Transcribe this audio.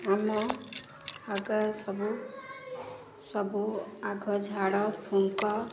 ଆମ ଆଗ ସବୁ ସବୁ ଆଗ ଝାଡ଼ ଫୁଙ୍କ